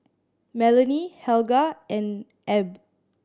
Melanie Helga and Ab